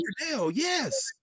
yes